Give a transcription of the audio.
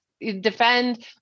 defend